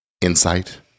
insight